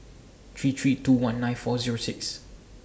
three three two one nine four Zero six